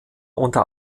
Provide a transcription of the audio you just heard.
unter